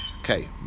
Okay